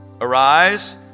arise